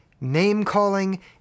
name-calling